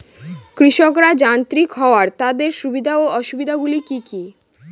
কৃষকরা যান্ত্রিক হওয়ার তাদের সুবিধা ও অসুবিধা গুলি কি কি?